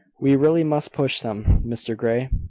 we really must push them, mr grey.